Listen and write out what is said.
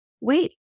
wait